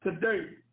today